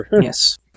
Yes